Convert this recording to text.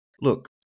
look